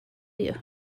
you